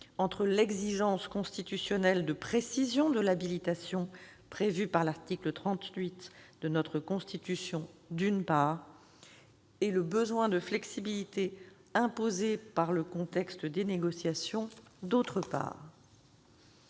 entre l'exigence constitutionnelle de précision de l'habilitation prévue par l'article 38 de notre Constitution, d'une part, et le besoin de flexibilité imposée par le contexte des négociations, d'autre part.